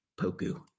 Poku